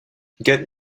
get